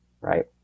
right